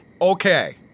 Okay